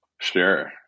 Sure